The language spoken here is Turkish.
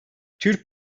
türk